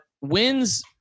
wins